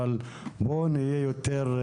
אבל בואו נהיה יותר,